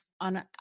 on